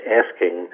asking